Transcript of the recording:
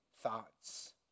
thoughts